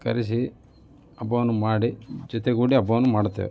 ಕರೆಸಿ ಹಬ್ಬವನ್ನು ಮಾಡಿ ಜೊತೆಗೂಡಿ ಹಬ್ಬವನ್ನು ಮಾಡುತ್ತೇವೆ